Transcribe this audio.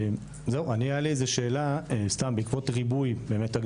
בעקבות ריבוי באמת.